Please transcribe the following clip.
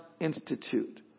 Institute